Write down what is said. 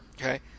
okay